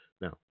Now